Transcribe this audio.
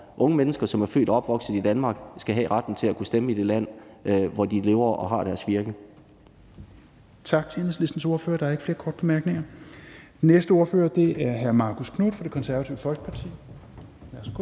unge mennesker, som er født og opvokset i Danmark, skal have retten til at kunne stemme i det land, hvor de lever og har deres virke.